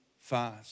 fast